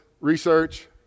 research